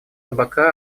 табака